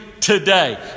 Today